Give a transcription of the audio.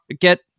get